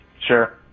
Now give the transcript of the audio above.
Sure